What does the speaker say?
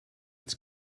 its